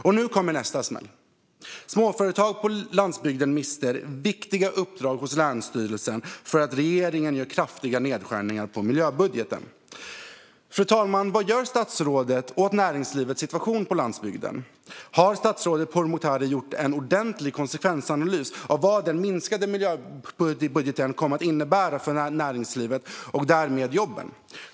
Och nu kommer nästa smäll: Småföretag på landsbygden mister viktiga uppdrag hos länsstyrelserna därför att regeringen gör kraftiga nedskärningar på miljöbudgeten. Fru talman! Vad gör statsrådet åt näringslivets situation på landsbygden? Har statsrådet Pourmokhtari gjort en ordentlig konsekvensanalys av vad den minskade miljöbudgeten kommer att innebära för näringslivet och därmed jobben?